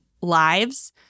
lives